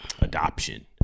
adoption